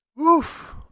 Oof